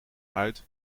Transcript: uit